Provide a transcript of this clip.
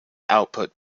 output